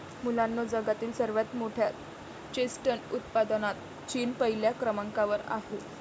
मुलांनो जगातील सर्वात मोठ्या चेस्टनट उत्पादनात चीन पहिल्या क्रमांकावर आहे